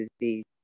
disease